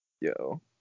Yo